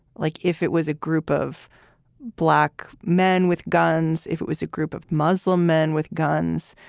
like if it was a group of black men with guns. if it was a group of muslim men with guns,